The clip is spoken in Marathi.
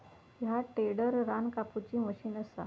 ह्या टेडर रान कापुची मशीन असा